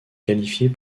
qualifiés